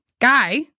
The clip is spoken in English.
Guy